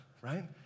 right